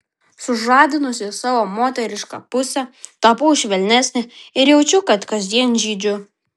sužadinusi savo moterišką pusę tapau švelnesnė ir jaučiu kad kasdien žydžiu